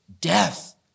death